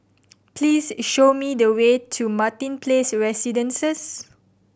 please show me the way to Martin Place Residences